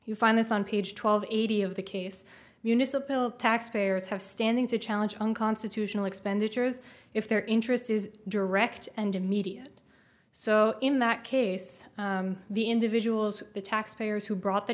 you find this on page twelve eighty of the case municipal taxpayers have standing to challenge unconstitutional expenditures if their interest is direct and immediate so in that case the individuals the tax payers who brought the